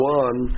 one